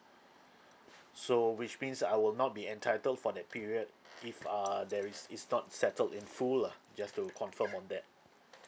so which means I will not be entitled for that period if err there is it's not settled in full lah just to confirm on that